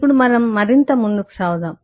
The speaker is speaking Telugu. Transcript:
ఇప్పుడు మనం మరింత కొనసాగిద్దాం